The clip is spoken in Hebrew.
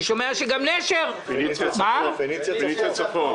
פניציה צפון.